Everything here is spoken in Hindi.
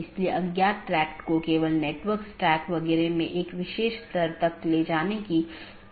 इसलिए हर कोई दुसरे को जानता है या हर कोई दूसरों से जुड़ा हुआ है